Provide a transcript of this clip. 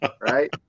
Right